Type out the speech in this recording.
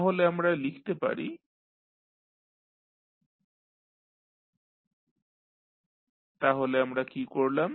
তাহলে আমরা লিখতে পারি dnydtn andn 1ytdtn 1 a2dytdt a1ytrt তাহলে আমরা কী করলাম